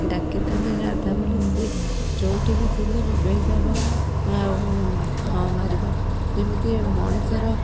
ଡାକି ଦେଲେ ରାଧା ବୋଲି ସିଏ ଯେଉଁଠି ବି ଥିଲେ ବୋବେଇ ଦେବ ଆଉ ହଁ ମାରିବ ଯେମିତି ଏ ମଣିଷର